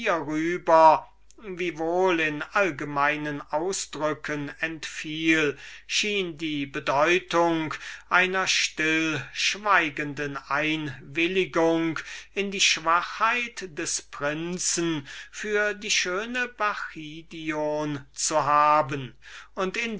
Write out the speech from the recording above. entfiel schien die bedeutung einer stillschweigenden einwilligung in die schwachheit des prinzen für die schöne bacchidion zu haben und